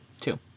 Two